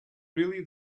really